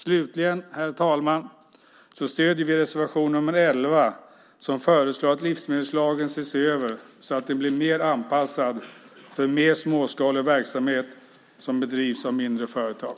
Slutligen, herr talman, stöder vi reservation nr 11 där det föreslås att livsmedelslagen ses över så att den blir bättre anpassad för mer småskalig verksamhet som bedrivs av mindre företag.